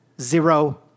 zero